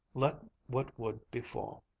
let what would, befall.